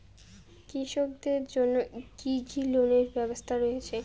কৃষকদের জন্য কি কি লোনের ব্যবস্থা রয়েছে?